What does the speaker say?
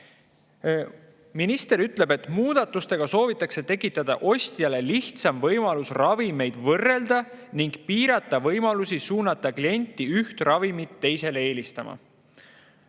Minister ütleb, et muudatustega soovitakse tekitada ostjale lihtsam võimalus ravimeid võrrelda ning piirata võimalusi suunata klienti üht ravimit teisele eelistama.